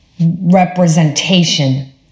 representation